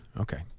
Okay